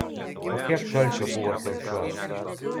o kiek šalčio buvo telšiuos